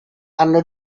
hanno